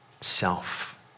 self